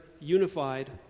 unified